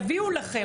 יביאו לכם.